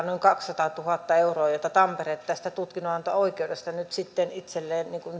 noin kaksisataatuhatta euroa tampere tästä tutkinnonanto oikeudesta nyt sitten itselleen